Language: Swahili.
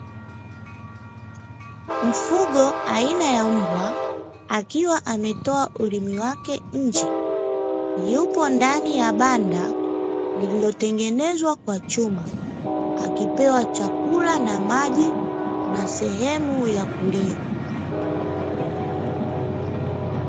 Mfugo aina ya mbwa, akiwa ametoa ulimi wake nje, yupo ndani ya banda lililotengenezwa kwa chuma, akipewa chakula na maji na sehemu ya kulia.